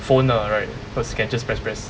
phone ah right because you can just press press